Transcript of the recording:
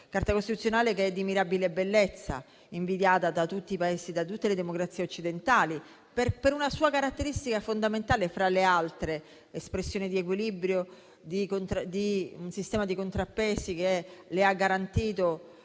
Carta costituzionale che è di mirabile bellezza, invidiata da tutti i Paesi e da tutte le democrazie occidentali, per una sua caratteristica fondamentale fra le altre, espressione di equilibrio, di un sistema di contrappesi che le ha garantito